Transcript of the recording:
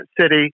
city